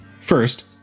First